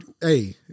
Hey